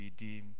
redeem